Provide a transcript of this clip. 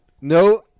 no